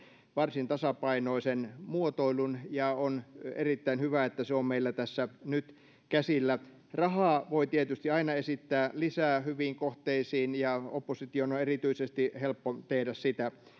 varsin tasapainoisen muotoilun ja on erittäin hyvä että se on meillä tässä nyt käsillä rahaa voi tietysti aina esittää lisää hyviin kohteisiin ja erityisesti opposition on helppo tehdä sitä